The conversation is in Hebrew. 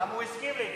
למה הוא הסכים להיכנס?